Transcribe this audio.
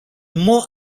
more